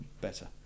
better